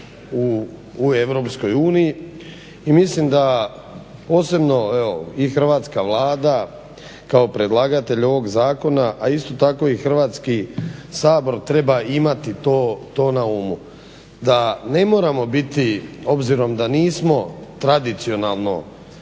u EU i mislim da posebno evo i hrvatska Vlada kao predlagatelj ovog zakona a isto tako i Hrvatskoga sabor treba imati to na umu, da ne moramo biti obzirom da nismo tradicionalno